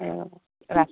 অঁ ৰা